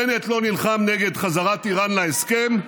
בנט לא נלחם נגד חזרת איראן להסכם,